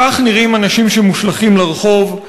כך נראים אנשים שמושלכים לרחוב.